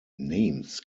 names